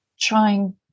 trying